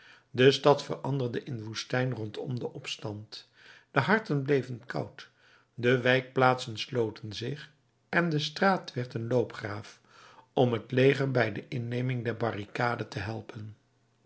de stad veranderde in woestijn rondom den opstand de harten bleven koud de wijkplaatsen sloten zich en de straat werd een loopgraaf om het leger bij de inneming der barricade te helpen